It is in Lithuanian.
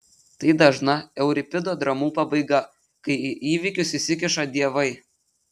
tai dažna euripido dramų pabaiga kai į įvykius įsikiša dievai